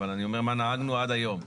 אבל אני אומר מה נהגנו עד היום.